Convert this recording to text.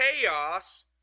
chaos